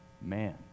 man